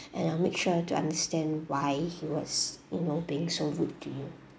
and I'll make sure to understand why he was you know being so rude to you